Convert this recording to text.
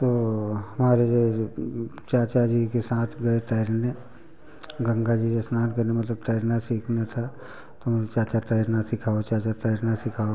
तो हमारे यह जो चाचा जी के साथ गए तैरने गंगा जी स्नान करने मतलब तैरना सीखना था तो चाचा तैरना सिखाओ चाचा तैरना सिखाओ